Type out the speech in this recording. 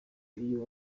iyo